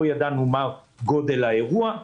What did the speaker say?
לא ידענו מה גודל האירוע.